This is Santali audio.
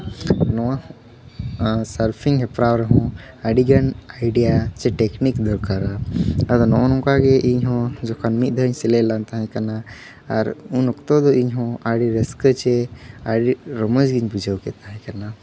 ᱱᱚᱣᱟ ᱥᱟᱨ ᱯᱷᱤᱝ ᱦᱮᱯᱨᱟᱣ ᱨᱮᱦᱚᱸ ᱟᱹᱰᱤ ᱜᱟᱱ ᱟᱭᱰᱤᱭᱟ ᱪᱮ ᱴᱮᱠᱱᱤᱠ ᱫᱚᱨᱠᱟᱨᱚᱜᱼᱟ ᱟᱫᱚ ᱱᱚᱜᱼᱚᱸᱭ ᱱᱚᱝᱠᱟ ᱜᱮ ᱤᱧ ᱦᱚᱸ ᱡᱚᱷᱟᱱ ᱢᱤᱫ ᱫᱷᱟᱣᱮᱧ ᱥᱮᱞᱮᱫ ᱞᱮᱱ ᱛᱟᱦᱮᱸ ᱠᱟᱱᱟ ᱟᱨ ᱩᱱ ᱚᱠᱛᱚ ᱫᱚ ᱤᱧ ᱦᱚᱸ ᱟᱹᱰᱤ ᱨᱟᱹᱥᱠᱟᱹ ᱪᱮ ᱟᱹᱰᱤ ᱨᱚᱢᱚᱡᱽ ᱡᱮᱧ ᱵᱩᱡᱷᱟᱹᱣ ᱠᱮᱫ ᱛᱟᱦᱮᱸ ᱠᱟᱱᱟ